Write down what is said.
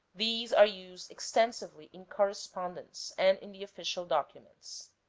these are used extensively in correspondence, and in the official documents.